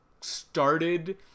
started